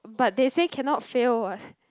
but they say cannot fail what